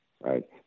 right